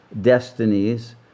destinies